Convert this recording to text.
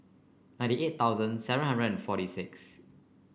ninety eight thousand seven hundred and forty six